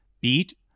beat